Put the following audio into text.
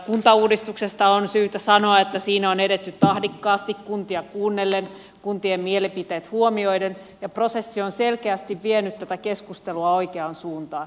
kuntauudistuksesta on syytä sanoa että siinä on edetty tahdikkaasti kuntia kuunnellen kuntien mielipiteet huomioiden ja prosessi on selkeästi vienyt tätä keskustelua oikeaan suuntaan